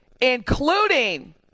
including